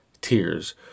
Tears